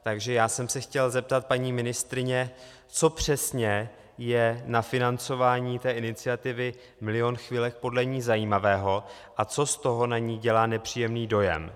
Takže já jsem se chtěl zeptat paní ministryně, co přesně je na financování té iniciativy Milion chvilek podle ní zajímavého a co z toho na ni dělá nepříjemný dojem.